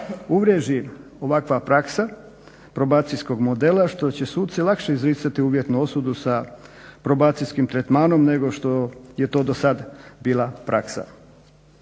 uvriježi ovakva praksa probacijskog modela što će suci lakše izricati uvjetnu osudu sa probacijskim tretmanom nego što je to do sada bila praksa.